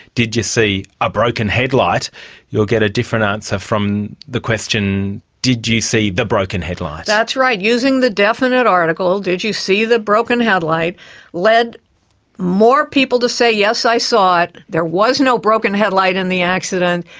did you see a broken headlight you'll get a different answer from the question, did you see the broken headlight? that's right, using the definite article, did you see the broken headlight led more people to say, yes, i saw it. there was no broken headlight in the accident,